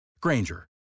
Granger